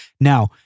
Now